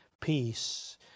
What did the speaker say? peace